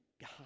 God